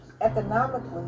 economically